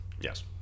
Yes